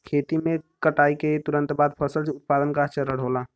खेती में कटाई के तुरंत बाद फसल उत्पादन का चरण होला